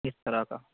اس طرح کا